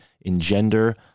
engender